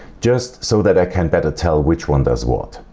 just so that i can better tell which one does what.